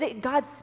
God